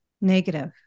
negative